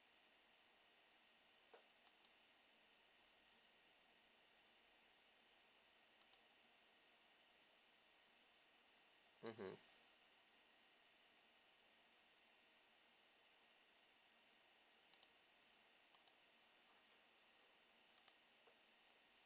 mmhmm